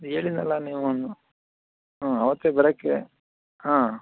ಹೇಳಿದ್ನಲ್ಲ ನೀವೂ ಹಾಂ ಅವತ್ತೆ ಬರೋಕ್ಕೆ ಹಾಂ